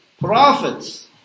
prophets